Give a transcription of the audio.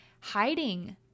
hiding